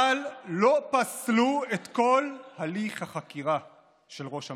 אבל לא פסלו את כל הליך החקירה של ראש הממשלה,